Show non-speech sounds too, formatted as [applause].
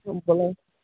[unintelligible]